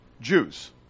Jews